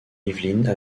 yvelines